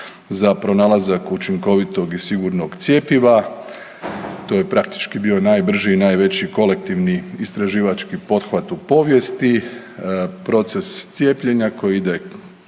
za pronalazak učinkovitog i sigurnog cjepiva. To je praktički bio najbrži i najveći kolektivni istraživački pothvat u povijesti, proces cijepljenja koji ide